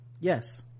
yes